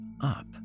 up